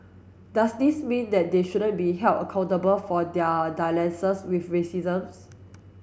does this mean that they shouldn't be held accountable for their dalliances with racism's